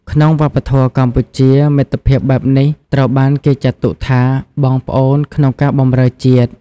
ក្នុងវប្បធម៌កម្ពុជា មិត្តភាពបែបនេះត្រូវបានគេចាត់ទុកថា “បងប្អូនក្នុងការបម្រើជាតិ”។